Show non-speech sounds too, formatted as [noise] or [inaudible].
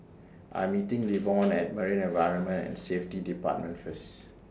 I'm meeting Levon [noise] At Marine Environment and Safety department First